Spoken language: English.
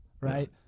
right